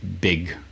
big